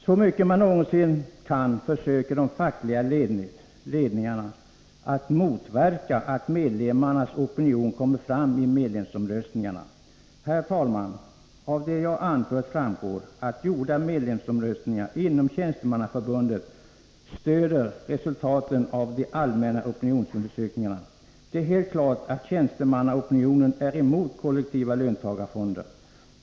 Så mycket de någonsin kan försöker de fackliga ledningarna att motverka att medlemmarnas opinion kommer fram i medlemsomröstningar. Herr talman! Av det jag anfört framgår att gjorda medlemsomröstningar inom tjänstemannaförbunden stöder resultaten av de allmänna opinionsundersökningarna. Det är helt klart att tjänstemannaopinionen är emot kollektiva löntagarfonder.